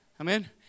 Amen